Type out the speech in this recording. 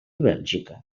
bèlgica